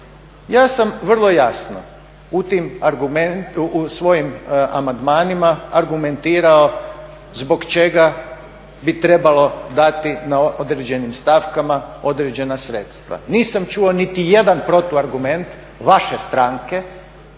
Ja sam vrlo jasno u svojim amandmanima argumentirao zbog čega bi trebalo dati na određenim stavkama određena sredstva. Nisam čuo niti jedan protuargument vaše stranke